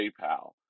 PayPal